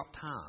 time